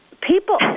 people